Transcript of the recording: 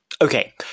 okay